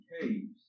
caves